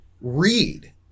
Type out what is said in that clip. read